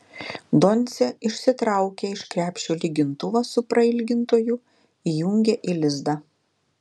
doncė išsitraukė iš krepšio lygintuvą su prailgintoju įjungė į lizdą